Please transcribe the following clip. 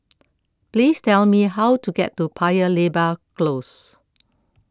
please tell me how to get to Paya Lebar Close